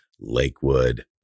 Lakewood